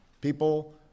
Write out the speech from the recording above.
People